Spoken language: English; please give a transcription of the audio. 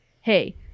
Hey